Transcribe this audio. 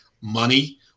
money